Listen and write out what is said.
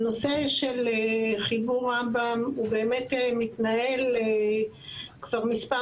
הנושא של חיבור רמב"ם הוא באמת מתנהל כבר מספר